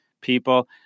people